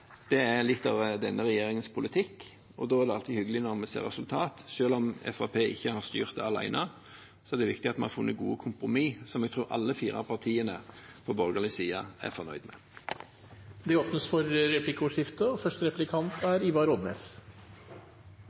Det er litt av denne regjeringens politikk, og da er det alltid hyggelig når vi ser resultater. Selv om Fremskrittspartiet ikke har styrt det alene, er det viktig at vi har funnet gode kompromiss som jeg tror alle fire partiene på borgerlig side er fornøyd med. Det blir replikkordskifte.